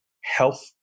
health